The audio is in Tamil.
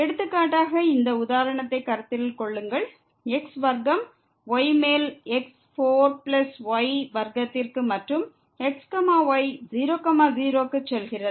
எடுத்துக்காட்டாக இந்த உதாரணத்தை கருத்தில் கொள்ளுங்கள் x வர்க்கம் y மேல் x 4 பிளஸ் y வர்க்கத்திற்கு மற்றும் x y 0 0க்கு செல்கிறது